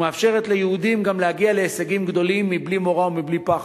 ומאפשרת ליהודים גם להגיע להישגים גדולים מבלי מורא ומבלי פחד.